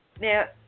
Now